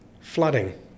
flooding